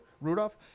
Rudolph